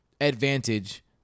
advantage